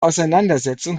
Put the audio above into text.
auseinandersetzung